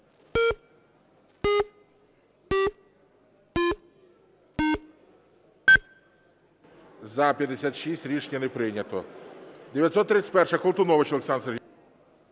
За-52 Рішення не прийнято.